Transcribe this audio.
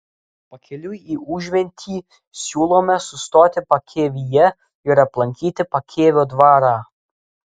pakeliui į užventį siūlome sustoti pakėvyje ir aplankyti pakėvio dvarą